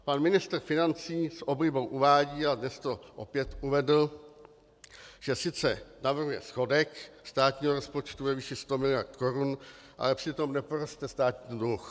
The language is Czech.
Pan ministr financí s oblibou uvádí, a dnes to opět uvedl, že sice navrhuje schodek státního rozpočtu ve výši 100 mld. Kč, ale přitom neporoste státní dluh.